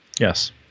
Yes